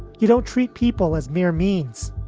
you don't treat people as mere means.